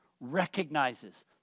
Recognizes